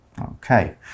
Okay